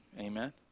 amen